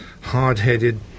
hard-headed